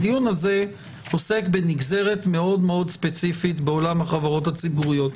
הדיון הזה עוסק בנגזרת מאוד מאוד ספציפית בעולם החברות הציבוריות,